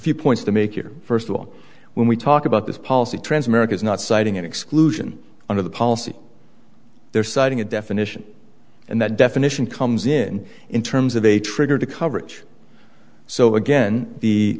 few points to make here first of all when we talk about this policy transamerica is not citing an exclusion under the policy they're citing a definition and that definition comes in in terms of a trigger to coverage so again the